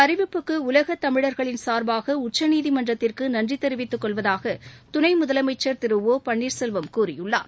அறிவிப்புக்கு உலகத்தமிழர்களின் சார்பாக உச்சநீதிமன்றத்திற்கு நன்றி இந்த தெரிவித்துக்கொள்வதாக துணை முதலமைச்சர் திரு ஒ பன்னீர்செல்வம் கூறியுள்ளார்